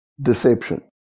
Deception